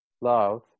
love